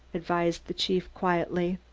advised the chief quietly.